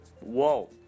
whoa